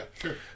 sure